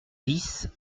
dix